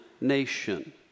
nation